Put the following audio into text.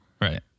right